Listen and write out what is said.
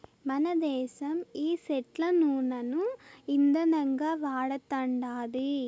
మనదేశం ఈ సెట్ల నూనను ఇందనంగా వాడతండాది